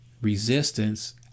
resistance